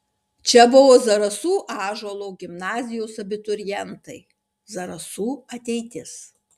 čia buvo zarasų ąžuolo gimnazijos abiturientai zarasų ateitis